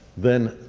then,